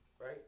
right